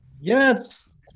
Yes